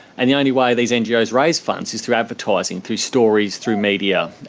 and the only way these ngos raise funds is through advertising, through stories, through media,